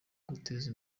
guteza